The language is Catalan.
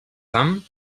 fam